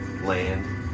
land